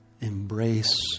embrace